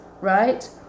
right